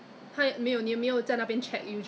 !huh! but the thing is because at that time I also have my own